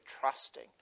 trusting